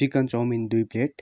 chicken chowmein दुई plate